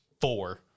four